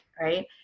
right